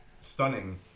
stunning